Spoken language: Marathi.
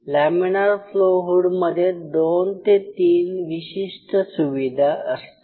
लॅमीनार फ्लो हुड मध्ये दोन ते तीन विशिष्ट सूविधा असतात